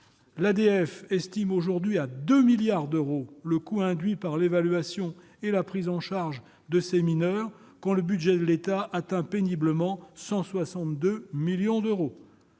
L'ADF estime aujourd'hui à 2 milliards d'euros le coût induit par l'évaluation et la prise en charge de ces mineurs, quand le budget de l'État atteint péniblement les 162 millions d'euros.